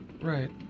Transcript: Right